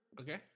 Okay